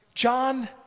John